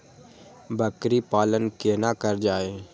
बकरी पालन केना कर जाय?